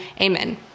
Amen